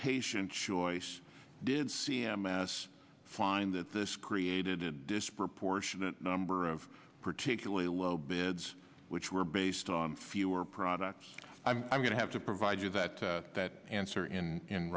patient choice did c m s find that this created a disproportionate number of particularly low beds which were based on fewer products i'm going to have to provide you that that answer in